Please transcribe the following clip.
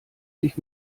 sich